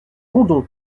condom